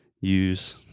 Use